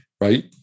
right